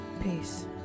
peace